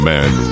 Man